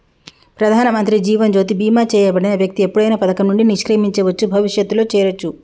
ప్రధానమంత్రి జీవన్ జ్యోతి బీమా చేయబడిన వ్యక్తి ఎప్పుడైనా పథకం నుండి నిష్క్రమించవచ్చు, భవిష్యత్తులో చేరొచ్చు